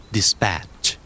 Dispatch